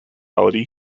reality